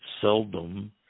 seldom